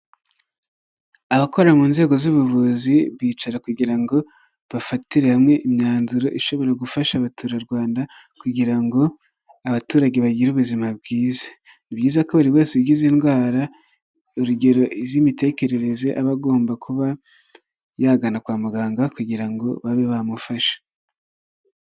Abakora mu nzego z'ubuvuzi bicara kugira ngo bafatire hamwe imyanzuro ishobore gufasha Abaturarwanda kugira ngo abaturage bagire ubuzima bwiza. Ni byiza ko buri wese ugize indwara urugero iz'imitekerereze aba agomba kuba yagana kwa muganga kugira ngo babe bamufashe.